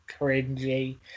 cringy